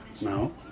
No